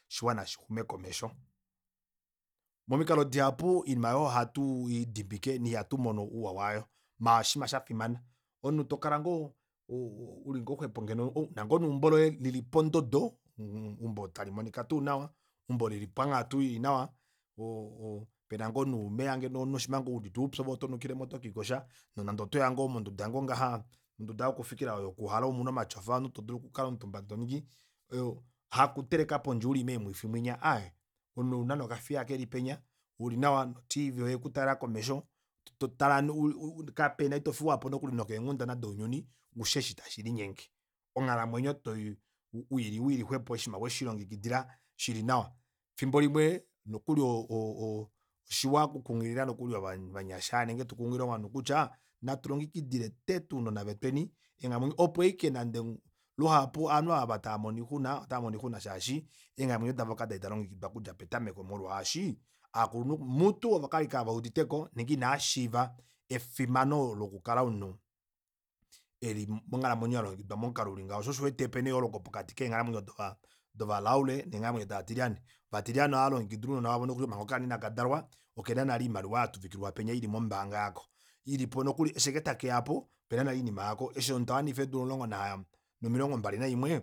Oshiwana shixume komesho momikalo dihapu iinima aayo oha tuyiidimbike no ihatumono ouwa wayo maala oshiima shafimana omunhu tokola ngoo u- u ulingoo xwepo ngeno oh una ngoo neumbo loye lili pondodo mh- mh eumbo talimonika tuu nawa eumbo lili panghatu ili nawa pena ngoo o- o- pena ngoo nuumeya ngeno omunhu shima wuudite oupyu ove otonukilemo ove oto kiikosha nonande otoya ngoo monduda ngoo ngaha ondududa yokufikila omuna omatyofa omunhu todulu oku kala omutumba ndee toningi haku teleka pondje uli mee mwifi munya aaye omunhu ouna nokafiya kelipenya uli nawa notv oyekutalela komesho totale u- u kapena itofiwapo nokuli nokeenghundana dounyuni oushi eshi tashi linyenge onghalamwenyo toi wiili wili xwepo oshinima weshi lilongekidila shili nawa efimbo limwe nokuli oo o- o- oshiwa oku kunghilila nokuli ovanyasha nenge tukunghilile ngoo ovanhu kutya natu longekidile teete ounona vetweni eenghalamwenyo opo ashike nande luhapu ovanhu aava tava mono oixuna ota vamono oixuna shaashi eenghalamwenyo davo kadali dalongekidwa okudja petameko molwaashi aakulunhu mutu ovo kwali kaveuditeko nenge inaashiva efimano loku kala omunhu eli monghalamwenyo yalongekidwa momukalo uli ngaho shoo osho uwete opena eyooloka pokati keenghalamwenyo dova laule neeghalamwenyo dova tilyane ovatilyane ohaalongekida ounona vavo nokuli manga okaana ina kadalwa okena nale oimaliwa yatuvikilwa ili penya ili mombaanga yako ilipo nokuli eshi ashike takeyapo opena nale oinima yako eshi omunhu tawanifa eedula omilongo mbali naimwe